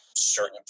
certain